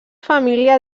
família